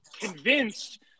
convinced